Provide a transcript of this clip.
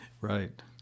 Right